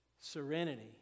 Serenity